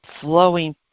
flowing